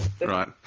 Right